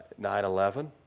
9-11